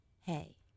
hey